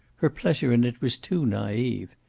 her pleasure in it was too naive.